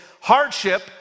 hardship